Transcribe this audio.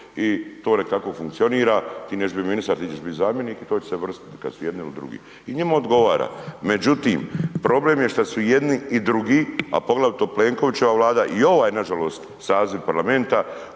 i to nek tako funkcionira. Ti nećeš biti ministar, ti ćeš biti zamjenik i to će se … kada su jedni u drugi i njima odgovara. Međutim, problem je što su jedni i drugi, a poglavito Plenkovićeva vlada i ovaj nažalost saziv Parlamenta